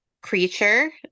creature